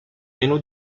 meno